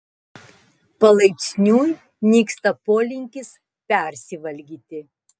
palaipsniui nyksta polinkis persivalgyti